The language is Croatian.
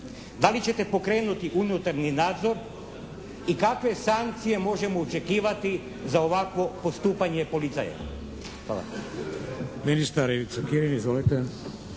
da li ćete pokrenuti unutarnji nadzor i kakve sankcije možemo očekivati za ovakvo postupanje policajaca?